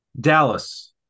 Dallas